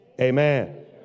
amen